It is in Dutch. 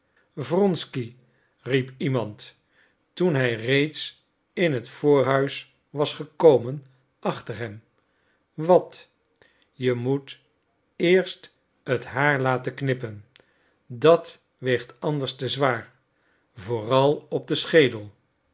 wronsky riep iemand toen hij reeds in het voorhuis was gekomen achter hem wat je moet eerst het haar laten knippen dat weegt anders te zwaar vooral op den schedel